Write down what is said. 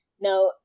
now